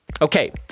Okay